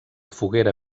foguera